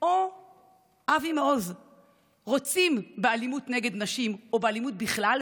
או אבי מעוז רוצים באלימות נגד נשים או באלימות בכלל,